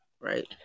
right